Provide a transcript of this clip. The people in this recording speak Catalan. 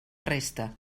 resta